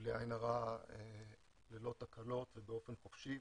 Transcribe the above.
בלי עין הרע, ללא תקלות ובאופן חופשי.